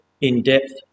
in-depth